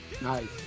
Nice